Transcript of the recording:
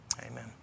Amen